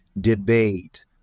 debate